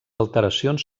alteracions